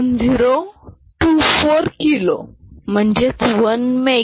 220 1024 kilo म्हणजे 1 mega